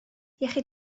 iechyd